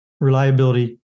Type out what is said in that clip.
reliability